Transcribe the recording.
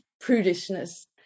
prudishness